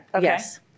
Yes